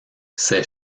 ses